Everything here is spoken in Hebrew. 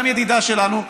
גם ידידה שלנו,